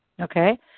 okay